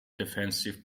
defensive